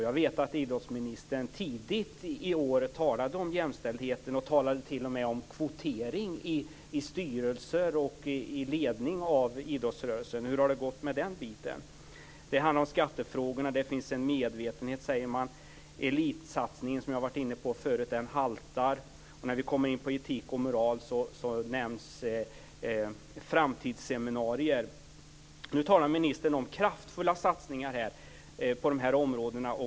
Jag vet att idrottsministern tidigare i år talade om jämställdhet och t.o.m. talade om kvotering i styrelser och i ledningen av idrottsrörelsen. Hur har det gått med den frågan? Det har t.ex. handlat om skattefrågorna. Man säger att det finns en medvetenhet. Elitsatsningen haltar. När vi kommer in på frågan om etik och moral nämns framtidsseminarier. Nu talar ministern om kraftfulla satsningar på områdena.